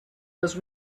was